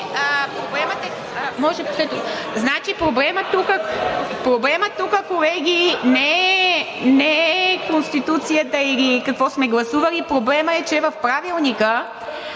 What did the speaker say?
Проблемът тук, колеги, не е Конституцията или какво сме гласували. Проблемът е, че в Правилника